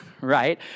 right